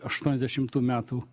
aštuoniasdešimtų metų